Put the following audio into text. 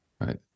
Right